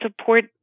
support